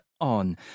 on